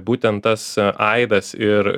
būtent tas aidas ir